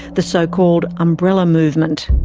the so-called umbrella movement.